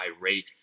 rate